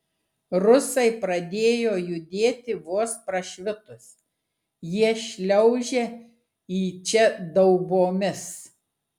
rusai pradėjo judėti vos prašvitus jie šliaužia į čia daubomis